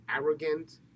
arrogant